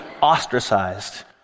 ostracized